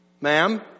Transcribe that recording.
Ma'am